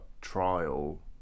trial